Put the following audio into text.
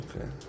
Okay